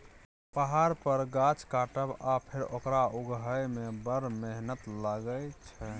पहाड़ पर गाछ काटब आ फेर ओकरा उगहय मे बड़ मेहनत लागय छै